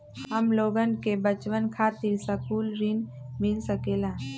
हमलोगन के बचवन खातीर सकलू ऋण मिल सकेला?